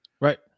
Right